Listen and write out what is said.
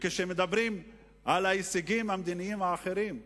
וכשמדברים על ההישגים המדיניים האחרים,